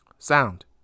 Sound